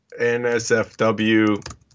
NSFW